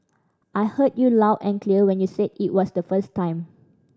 I heard you loud and clear when you said it the first time